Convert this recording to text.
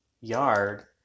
yard